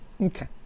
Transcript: Okay